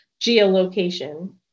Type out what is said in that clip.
geolocation